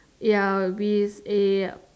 ya with a